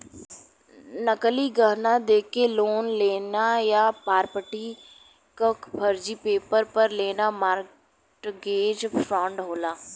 नकली गहना देके लोन लेना या प्रॉपर्टी क फर्जी पेपर पर लेना मोर्टगेज फ्रॉड होला